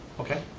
okay?